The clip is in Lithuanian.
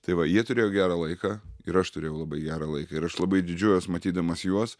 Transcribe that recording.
tai va jie turėjo gerą laiką ir aš turėjau labai gerą laiką ir aš labai didžiuojuos matydamas juos